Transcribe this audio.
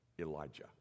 Elijah